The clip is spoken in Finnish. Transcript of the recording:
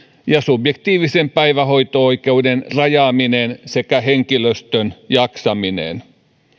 ja subjektiivisen päivähoito oikeuden rajaaminen sekä henkilöstön jaksaminen